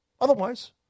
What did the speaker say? Otherwise